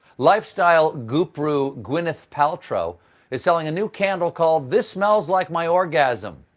lifestyle goop-ru gwyneth paltrow is selling a new candle called this smells like my orgasm.